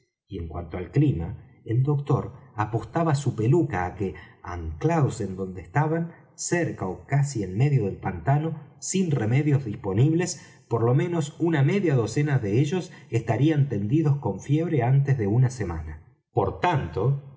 y en cuanto al clima el doctor apostaba su peluca á que anclados en donde estaban cerca ó casi en medio del pantano sin remedios disponibles por lo menos una media docena de ellos estarían tendidos con fiebre antes de una semana por tanto